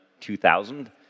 2000